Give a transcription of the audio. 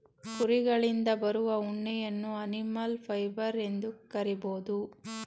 ಕುರಿಗಳಿಂದ ಬರುವ ಉಣ್ಣೆಯನ್ನು ಅನಿಮಲ್ ಫೈಬರ್ ಎಂದು ಕರಿಬೋದು